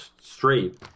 straight